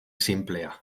sinplea